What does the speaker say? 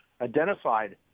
identified